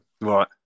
Right